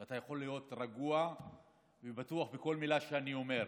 ואתה יכול להיות רגוע ובטוח בכל מילה שאני אומר.